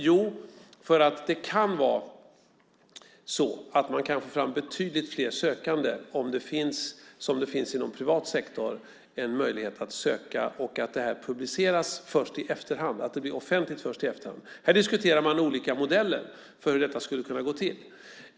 Jo, det kan vara så att man kan få fram betydligt fler sökande om det finns, som det finns inom privat sektor, en möjlighet att söka och att allt publiceras och blir offentligt först i efterhand. Här diskuterar man olika modeller för hur detta skulle kunna gå till.